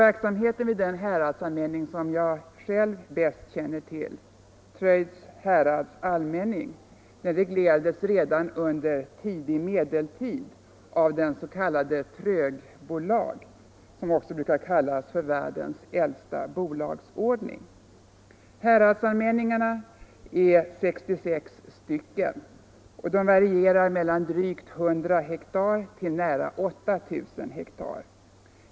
Verksamheten i den häradsallmänning som jag själv bäst känner till — Trögds härads allmänning — reglerades redan under tidig medeltid av den s.k. Tröghbolag, som också brukar kallas världens äldsta bolagsordning. Häradsallmänningarna är 66 till antalet, och de varierar mellan drygt 100 och nära 8 000 hektar.